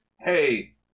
hey